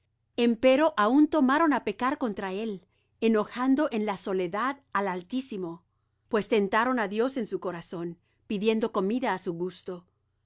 como ríos empero aun tornaron á pecar contra él enojando en la soledad al altísimo pues tentaron á dios en su corazón pidiendo comida á su gusto